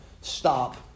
stop